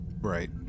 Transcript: right